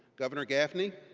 governor gaffney